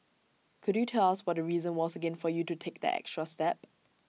could you tell us what the reason was again for you to take that extra step